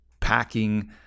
packing